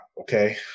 Okay